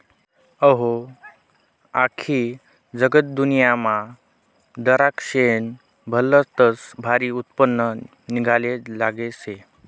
अहो, आख्खी जगदुन्यामा दराक्शेस्नं भलतं भारी उत्पन्न निंघाले लागेल शे